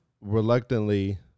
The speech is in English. reluctantly